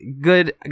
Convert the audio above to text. good